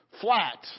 flat